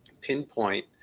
pinpoint